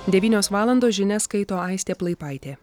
devynios valandos žinias skaito aistė plaipaitė